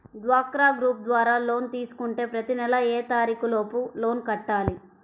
డ్వాక్రా గ్రూప్ ద్వారా లోన్ తీసుకుంటే ప్రతి నెల ఏ తారీకు లోపు లోన్ కట్టాలి?